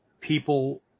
people